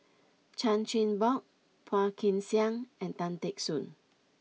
Chan Chin Bock Phua Kin Siang and Tan Teck Soon